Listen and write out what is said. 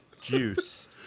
Juice